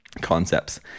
concepts